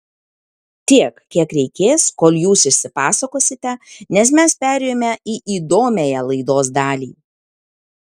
tiek kiek reikės kol jūs išsipasakosite nes mes perėjome į įdomiąją laidos dalį